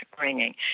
ringing